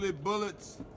bullets